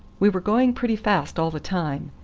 we were going pretty fast all the time,